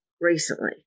recently